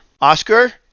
Oscar